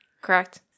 correct